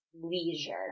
leisure